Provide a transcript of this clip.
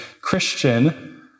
Christian